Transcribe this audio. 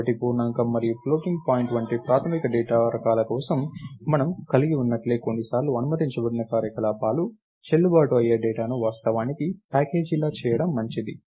కాబట్టి పూర్ణాంకం మరియు ఫ్లోటింగ్ పాయింట్ వంటి ప్రాథమిక డేటా రకాల కోసం మనము కలిగి ఉన్నట్లే కొన్నిసార్లు అనుమతించబడిన కార్యకలాపాలతో చెల్లుబాటు అయ్యే డేటాను వాస్తవానికి ప్యాకేజీ లా చేయడం మంచిది